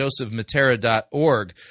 josephmatera.org